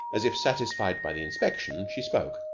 as if satisfied by the inspection, she spoke.